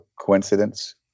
coincidence